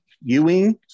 Ewing